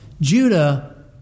Judah